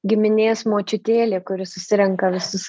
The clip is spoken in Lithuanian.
giminės močiutėlė kuri susirenka visus